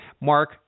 Mark